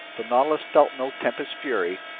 the nautilus felt no tempest's fury,